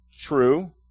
True